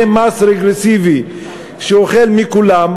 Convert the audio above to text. זה מס רגרסיבי שאוכל מכולם,